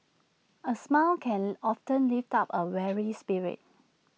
A smile can often lift up A weary spirit